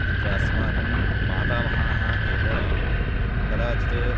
अत्र अस्माकं मातामहः एव कदाचिद्